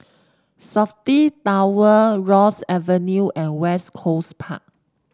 Safti Tower Ross Avenue and West Coast Park